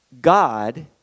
God